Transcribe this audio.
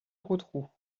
rotrou